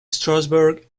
strasberg